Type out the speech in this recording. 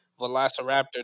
Velociraptor